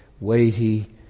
weighty